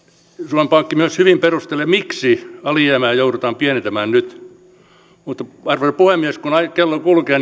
suomen pankki myös hyvin perustelee miksi alijäämää joudutaan pienentämään nyt mutta arvoisa puhemies kun kello kulkee